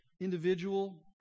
individual